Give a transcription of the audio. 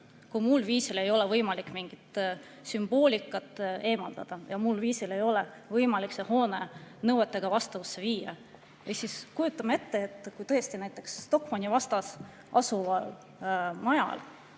kui muul viisil ei ole võimalik mingit sümboolikat eemaldada ja muul viisil ei ole võimalik see hoone nõuetega vastavusse viia. Kujutame ette, et kui tõesti näiteks Stockmanni vastas asuva maja